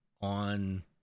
on